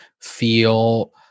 feel